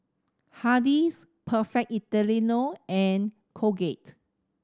Hardy's Perfect Italiano and Colgate